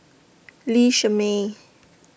Lee Shermay